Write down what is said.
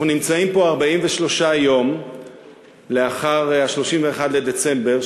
אנחנו נמצאים פה 43 יום לאחר 31 בדצמבר,